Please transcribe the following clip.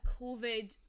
COVID